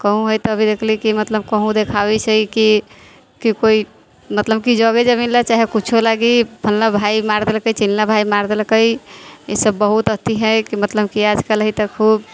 कहूँ अइ तरहक देखली मतलब की कहूँ देखाबै छै कि कि कोइ मतलब की जरे जमीन ले चाहे कुछो लागी फलना भाय मारि देलकै चिलना भाय मारि देलकै ईसभ बहुत अथी हइ मतलब कि आज कल हइ तऽ खूब